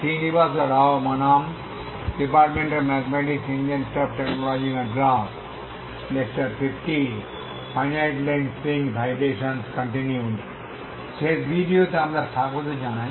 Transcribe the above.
শেষ ভিডিওতে আমরা স্বাগত জানাই